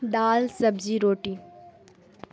دال سبزی روٹی